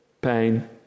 pain